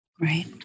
right